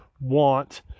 want